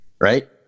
Right